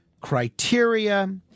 criteria